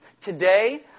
Today